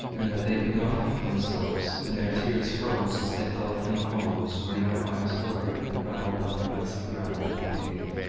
and that they could not help themselves, and their tears froze as they fell from the hollows where no eyes were, and rattled on the icy ground of the cave.